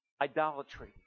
Idolatry